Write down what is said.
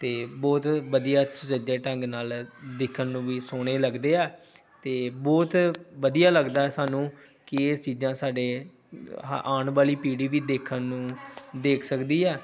ਅਤੇ ਬਹੁਤ ਵਧੀਆ ਸੁਚੱਜੇ ਢੰਗ ਨਾਲ ਦੇਖਣ ਨੂੰ ਵੀ ਸੋਹਣੇ ਲੱਗਦੇ ਆ ਅਤੇ ਬਹੁਤ ਵਧੀਆ ਲੱਗਦਾ ਸਾਨੂੰ ਕਿ ਇਹ ਚੀਜ਼ਾਂ ਸਾਡੇ ਆਉਣ ਵਾਲੀ ਪੀੜੀ ਵੀ ਦੇਖਣ ਨੂੰ ਦੇਖ ਸਕਦੀ ਆ